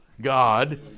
God